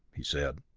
he said,